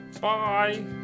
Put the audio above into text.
Bye